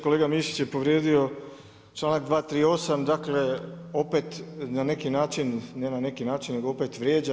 Kolega Mišić je povrijedio članak 238., dakle opet na neki način, ne na neki način nego opet vrijeđa.